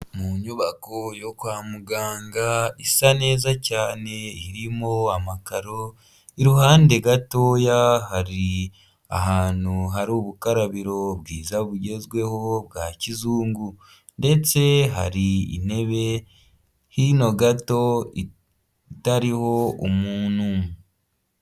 Mu nyubako yo kwa muganga isa neza cyane irimo amakaro, i ruhande gatoya hari ahantu hari ubukarabiro bwiza bugezweho bwa kizungu, ndetse hari intebe hino gato itariho umuntu.